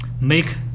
make